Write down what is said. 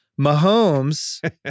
Mahomes